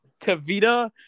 Tavita